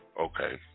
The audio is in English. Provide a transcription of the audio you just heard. Okay